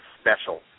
special